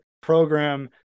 program